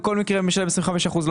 בכל מקרה הוא משלם 25 אחוזים,